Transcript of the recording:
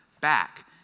back